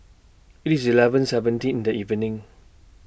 IT IS eleven seventeen in The evening